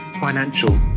financial